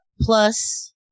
plus